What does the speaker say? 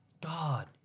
God